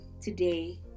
today